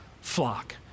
flock